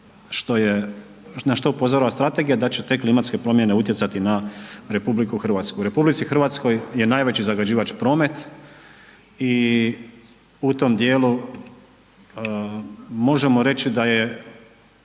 na što upozorava strategija da će te klimatske promjene utjecati na RH. U Republici Hrvatskoj je najveći zagađivač promet i u tom dijelu možemo reći da je